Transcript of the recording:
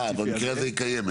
אה, במקרה הזה היא קיימת.